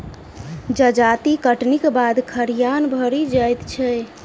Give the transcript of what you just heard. जजाति कटनीक बाद खरिहान भरि जाइत छै